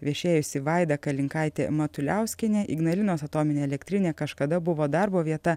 viešėjusi vaida kalinkaitė matuliauskienė ignalinos atominė elektrinė kažkada buvo darbo vieta